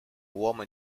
uomo